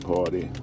Party